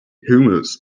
hummus